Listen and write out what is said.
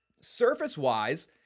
surface-wise